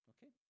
Okay